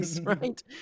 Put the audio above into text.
right